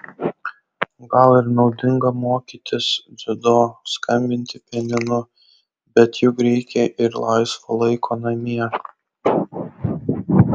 gal ir naudinga mokytis dziudo skambinti pianinu bet juk reikia ir laisvo laiko namie